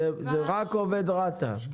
זה רק עובד רת"א.